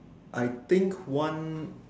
I think one